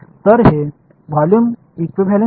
எனவே இது volume equivalence தேற்றம்